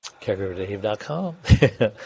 caregiverdave.com